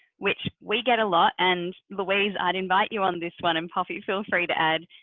which we get a lot and louise, i'd invite you on this one and poppy, feel free to add.